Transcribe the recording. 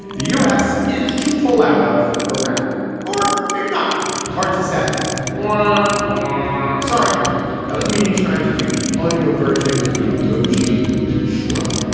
the u s. is to pull out of iraq or maybe not parts of said yeah sorry that was me trying to do the audio version of the emoji shrug,